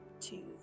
two